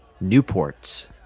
Newport's